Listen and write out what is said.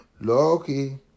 loki